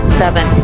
seven